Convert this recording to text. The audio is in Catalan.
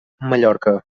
mallorca